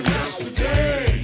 Yesterday